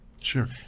Sure